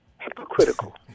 hypocritical